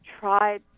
tried